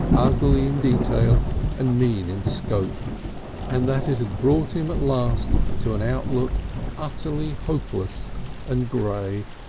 ugly in detail and mean in scope and that it had brought him at last to an outlook utterly hopeless and grey.